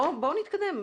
בואו נתקדם,